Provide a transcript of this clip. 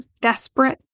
desperate